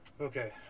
Okay